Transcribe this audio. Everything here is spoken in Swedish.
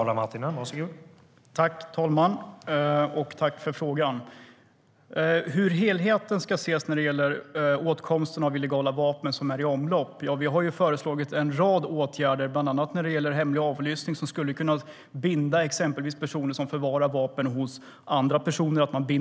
Herr talman! Tack för frågan om hur helheten ska ses när det gäller åtkomsten av illegala vapen som är i omlopp! Ja, vi har föreslagit en rad åtgärder, bland annat hemlig avlyssning, som exempelvis skulle kunna binda vapen till de personer som förvarar vapen hos andra personer.